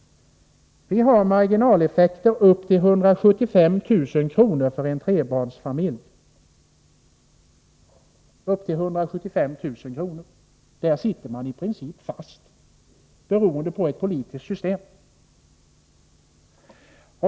Vi har marginaleffekter upp till 175 000 kr. för en trebarnsfamilj. Upp till 175 000 kr. sitter man i princip fast, beroende på ett politiskt system.